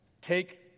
take